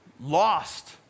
lost